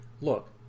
Look